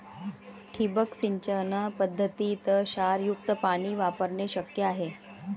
ठिबक सिंचन पद्धतीत क्षारयुक्त पाणी वापरणे शक्य आहे